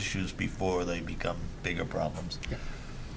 issues before they become bigger problems